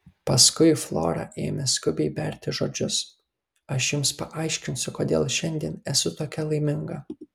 paskui flora ėmė skubiai berti žodžius aš jums paaiškinsiu kodėl šiandien esu tokia laiminga